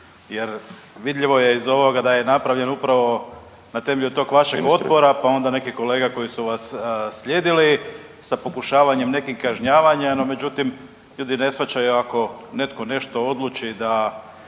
jer vidljivo je iz ovoga da je napravljen upravo na temelju tog vašeg otpora pa onda nekih kolega koji su vas slijedili sa pokušavanjem nekih kažnjavanja no međutim ljudi ne shvaćaju ako netko nešto odluči da